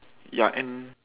ya and